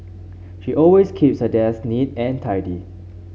she always keeps her desk neat and tidy